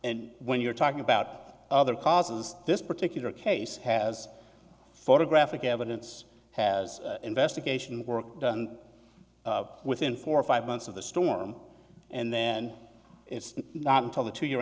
when you're talking about other causes this particular case has photographic evidence has investigation work done within four or five months of the storm and then it's not until the two year